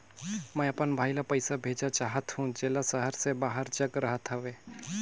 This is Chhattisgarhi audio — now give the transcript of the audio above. मैं अपन भाई ल पइसा भेजा चाहत हों, जेला शहर से बाहर जग रहत हवे